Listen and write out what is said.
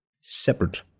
separate